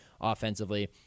offensively